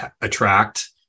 attract